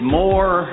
more